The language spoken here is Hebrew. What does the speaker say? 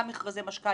גם מכרזי משכ"ל,